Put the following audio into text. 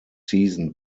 season